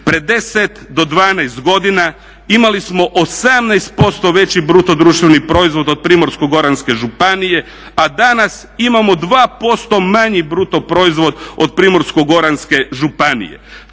Pred 10 do 12 godina imali smo 18% veći BDP od Primorsko-goranske županije, a danas imamo 2% manji BDP od Primorsko-goranske županije.